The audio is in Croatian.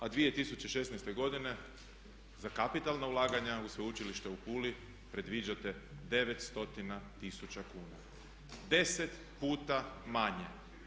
A 2016. godine za kapitalna ulaganja u Sveučilište u Puli predviđate 900 tisuća kuna, 10 puta manje.